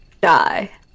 die